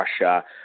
Russia